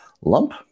lump